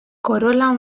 corola